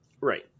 Right